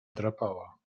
drapała